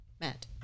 Matt